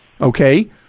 Okay